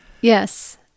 Yes